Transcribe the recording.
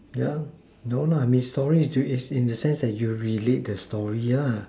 yeah no lah me story as in the sense that you relate the story yeah